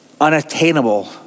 unattainable